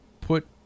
put